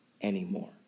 anymore